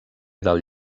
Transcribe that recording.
del